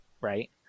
right